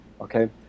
okay